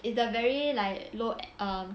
it's the very like low uh